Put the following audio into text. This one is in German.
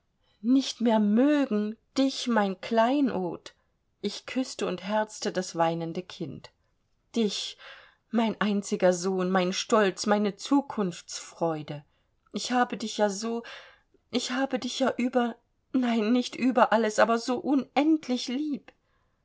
nicht mehr mögen dich mein kleinod ich küßte und herzte das weinende kind dich mein einziger sohn mein stolz meine zukunftsfreude ich habe dich ja so ich habe dich ja über nein nicht über alles aber so unendlich lieb